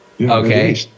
okay